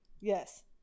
Yes